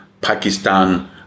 Pakistan